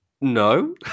no